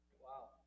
Wow